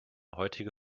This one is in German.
heutige